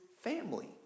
family